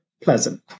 pleasant